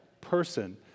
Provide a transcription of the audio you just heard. person